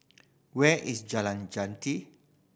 where is Jalan Jati